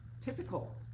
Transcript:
typical